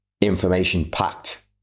information-packed